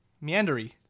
Meandering